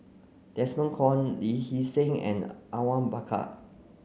Desmond Kon Lee Hee Seng and Awang Bakar